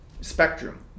Spectrum